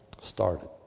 started